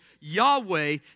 Yahweh